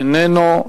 איננו.